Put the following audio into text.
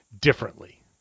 differently